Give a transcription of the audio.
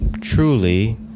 truly